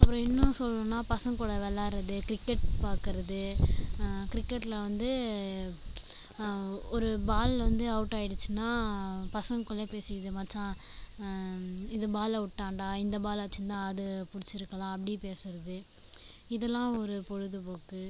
அப்புறம் இன்னும் சொல்லணுன்னால் பசங்ககூட வெளாடறது கிரிக்கெட் பார்க்கறது கிரிக்கெட்டில் வந்து ஒரு பால் வந்து அவுட் ஆகிடுச்சுனா பசங்கக்குள்ளே பேசிக்கிறது மச்சான் இது பால் அவுட்டான்டா இந்த பால் அடிச்சிருந்தால் அதை பிடிச்சிருக்கலாம் அப்படி பேசறது இதெல்லாம் ஒரு பொழுதுபோக்கு